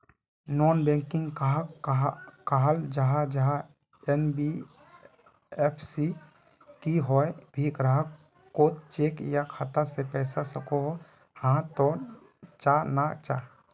Non banking कहाक कहाल जाहा जाहा एन.बी.एफ.सी की कोई भी ग्राहक कोत चेक या खाता से पैसा सकोहो, हाँ तो चाँ ना चाँ?